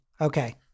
Okay